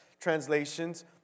translations